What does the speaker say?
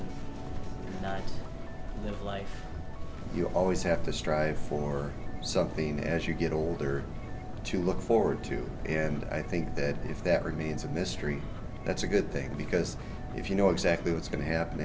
live life you always have to strive for something as you get older to look forward to and i think that if that remains a mystery that's a good thing because if you know exactly what's going to happen